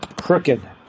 crooked